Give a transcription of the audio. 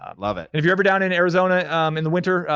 ah love it. if you're ever down in arizona um in the winter,